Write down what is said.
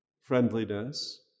friendliness